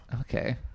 Okay